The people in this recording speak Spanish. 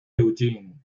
eugene